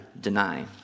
deny